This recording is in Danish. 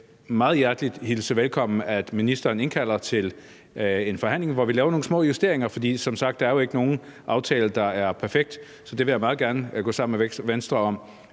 meget velkommen, at ministeren indkalder til en forhandling, hvor vi laver nogle små justeringer, for som sagt er der jo ikke nogen aftale, der er perfekt. Så det vil jeg meget gerne gå sammen med Venstre om,